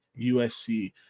USC